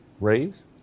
raise